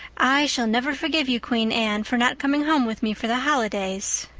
i shall never forgive you, queen anne, for not coming home with me for the holidays.